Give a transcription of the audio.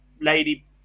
lady